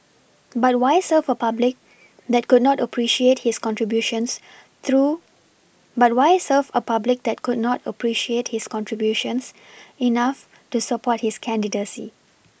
but why serve a public that could not appreciate his contributions through but why serve a public that could not appreciate his contributions enough to support his candidacy